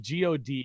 god